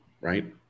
right